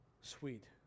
sweet